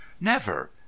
Never